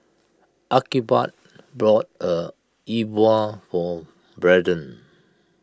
Archibald bought a Bua for Brenden